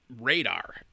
radar